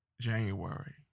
January